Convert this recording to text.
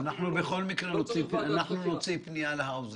אנחנו נוציא פנייה להאוזר,